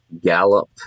gallop